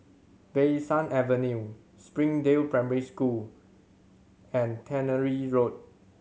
Bee San Avenue Springdale Primary School and Tannery Road